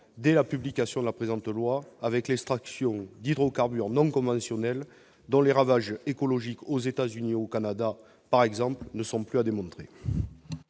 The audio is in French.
dès la publication de la présente loi, avec l'extraction d'hydrocarbures non conventionnels, dont les ravages écologiques, aux États-Unis ou au Canada par exemple, ne sont plus à démontrer.